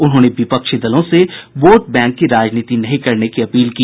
उन्होंने विपक्षी दलों से वोट बैंक की राजनीति नहीं करने की अपील की